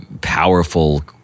powerful